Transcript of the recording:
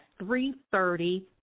3.30